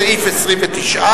סעיף 29,